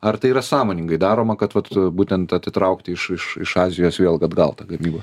ar tai yra sąmoningai daroma kad būtent atitraukti iš iš azijos vėlatgal tą gamybą